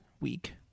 week